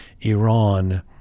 Iran